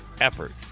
effort